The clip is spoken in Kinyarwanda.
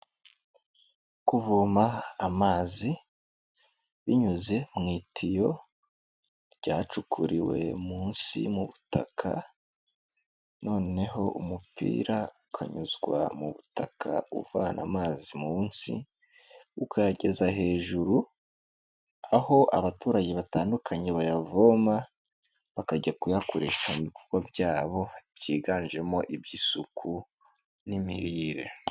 Kuvoma amazi, binyuze mu itiyo ryacukuriwe munsi mu butaka, noneho umupira ukanyuzwa mu butaka uvana amazi munsi ukayageza hejuru, aho abaturage batandukanye bayavoma, bakajya kuyakoresha mu bikorwa byabo byiganjemo iby'isuku n'imirire.